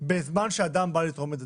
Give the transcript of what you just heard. בזמן שאדם בא לתרום דם.